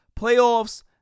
Playoffs